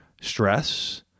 stress